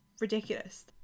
ridiculous